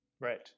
Right